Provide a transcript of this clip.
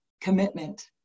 commitment